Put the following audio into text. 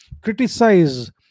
criticize